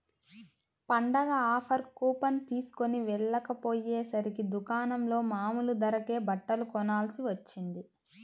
పండగ offer coupon తీస్కొని వెళ్ళకపొయ్యేసరికి దుకాణంలో మామూలు ధరకే బట్టలు కొనాల్సి వచ్చింది